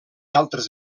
altres